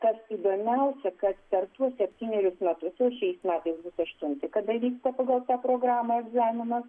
kas įdomiausia kad per tuos septynerius metus jau šiais metais bus aštunti kada vyksta pagal programąegzaminas